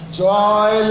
joy